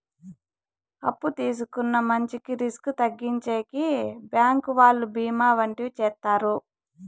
అప్పు తీసుకున్న మంచికి రిస్క్ తగ్గించేకి బ్యాంకు వాళ్ళు బీమా వంటివి చేత్తారు